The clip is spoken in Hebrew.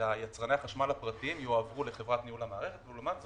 ליצרני החשמל הפרטיים יועברו לחברת ניהול המערכת ולעומת זאת,